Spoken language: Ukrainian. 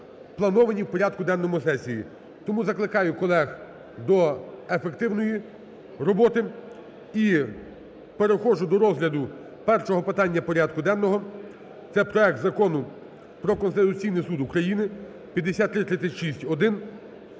заплановані в порядку денному сесії. Тому закликаю колег до ефективної роботи. І переходжу до розгляду першого питання порядку денного, це проект Закону про Конституційний Суд України 5336-1,